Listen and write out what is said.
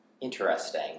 Interesting